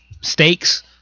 stakes